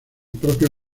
propio